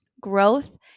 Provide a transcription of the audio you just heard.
Growth